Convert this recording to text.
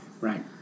Right